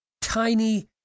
tiny